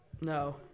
No